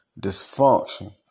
dysfunction